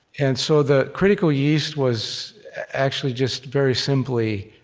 and so the critical yeast was actually, just very simply,